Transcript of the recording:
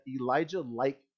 Elijah-like